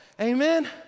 Amen